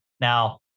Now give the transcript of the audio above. Now